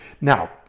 now